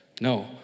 No